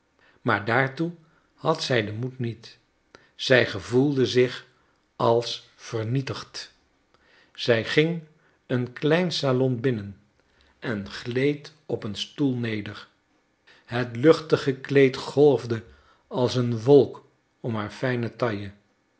maar daartoe had zij den moed niet zij gevoelde zich als vernietigd zij ging een klein salon binnen en gleed op een stoel neder het luchtige kleed golfde als een wolk om haar fijne taille